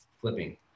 flipping